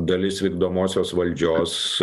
dalis vykdomosios valdžios